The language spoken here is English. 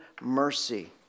mercy